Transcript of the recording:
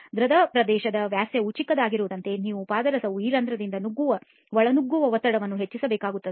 ಧ್ರದ ಪ್ರವೇಶ ವ್ಯಾಸವು ಚಿಕ್ಕದಾಗುತ್ತಿದ್ದಂತೆ ನೀವು ಪಾದರಸವು ಈ ರಂಧ್ರಗಳನ್ನು ಒಳನುಗ್ಗುವ ಒತ್ತಡವನ್ನು ಹೆಚ್ಚಿಸಬೇಕಾಗುತ್ತದೆ